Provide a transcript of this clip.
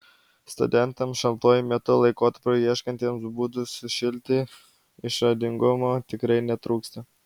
studentams šaltuoju metų laikotarpiu ieškantiems būdų sušilti išradingumo tikrai netrūksta